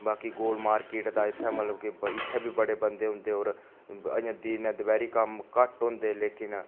बाकी गोल मार्केट दा इत्थै मतलब कि बड़ी इत्थैं बी बड़े बन्दे औंदे होर अजें दिनै दपैह्री कम्म घट्ट होंदे लेकिन